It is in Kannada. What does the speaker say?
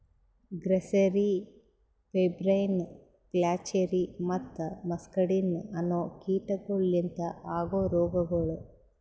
ಗ್ರಸ್ಸೆರಿ, ಪೆಬ್ರೈನ್, ಫ್ಲಾಚೆರಿ ಮತ್ತ ಮಸ್ಕಡಿನ್ ಅನೋ ಕೀಟಗೊಳ್ ಲಿಂತ ಆಗೋ ರೋಗಗೊಳ್